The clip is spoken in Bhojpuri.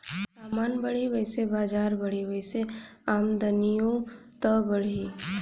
समान बढ़ी वैसे बजार बढ़ी, वही से आमदनिओ त बढ़ी